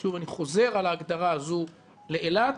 ושוב אני חוזר על ההגדרה הזו לאילת,